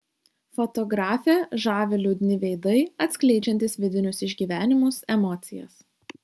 fotografę žavi liūdni veidai atskleidžiantys vidinius išgyvenimus emocijas